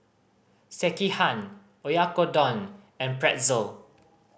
Sekihan Oyakodon and Pretzel